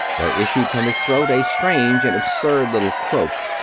there issued from his throat a strange and absurd little croak.